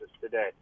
today